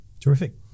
Terrific